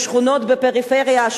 לאלימות בשכונות בפריפריה,